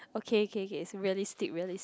okay okay okay it's realistic realistic